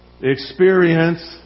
experience